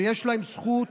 ויש להם זכות